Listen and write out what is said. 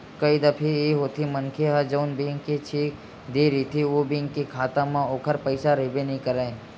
कई दफे ए होथे मनखे ह जउन बेंक के चेक देय रहिथे ओ बेंक के खाता म ओखर पइसा रहिबे नइ करय